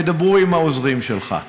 ידברו עם העוזרים שלך.